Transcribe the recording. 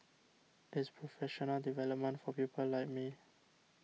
it's professional development for people like me